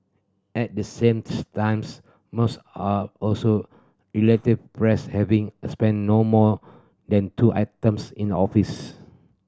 at the sames times most are also relative fresh having spent no more than two items in office